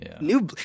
New